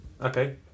Okay